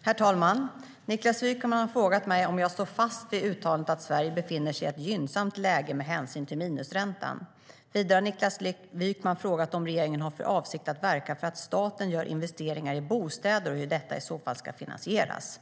Svar på interpellationer Herr talman! Niklas Wykman har frågat mig om jag står fast vid uttalandet att Sverige befinner sig i ett gynnsamt läge med hänsyn till minusräntan. Vidare har Niklas Wykman frågat om regeringen har för avsikt att verka för att staten gör investeringar i bostäder och hur detta i så fall ska finansieras.